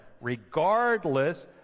regardless